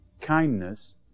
kindness